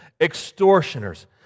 extortioners